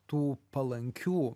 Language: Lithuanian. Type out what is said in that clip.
tų palankių